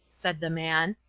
said the man.